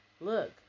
look